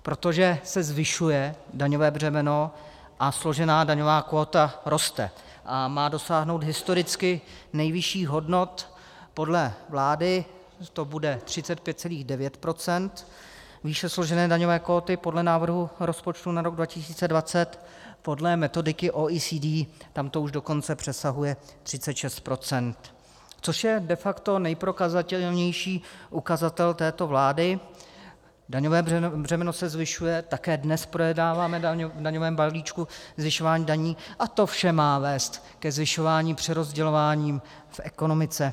Protože se zvyšuje daňové břemeno a složená daňová kvóta roste, má dosáhnout historicky nejvyšších hodnot, podle vlády to bude 35,9 %, výše složené daňové kvóty, podle návrhu rozpočtu na rok 2020 podle metodiky OECD to už dokonce přesahuje 36 %, což je de facto nejprokazatelnější ukazatel této vlády, daňové břemeno se zvyšuje, také dnes projednáváme v daňovém balíčku zvyšování daní, a to vše má vést ke zvyšování přerozdělování v ekonomice.